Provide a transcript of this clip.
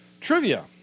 Trivia